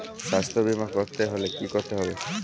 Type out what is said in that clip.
স্বাস্থ্যবীমা করতে হলে কি করতে হবে?